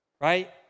right